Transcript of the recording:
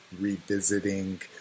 revisiting